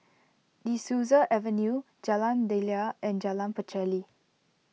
De Souza Avenue Jalan Daliah and Jalan Pacheli